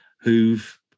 who've